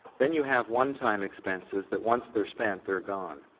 then you have one time expenses that once they're spent, they're gone.